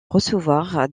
recevoir